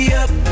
up